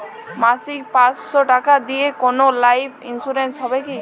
মাসিক পাঁচশো টাকা দিয়ে কোনো লাইফ ইন্সুরেন্স হবে কি?